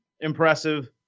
impressive